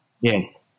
yes